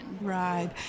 Right